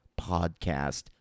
podcast